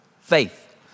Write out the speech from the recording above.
faith